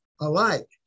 alike